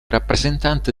rappresentante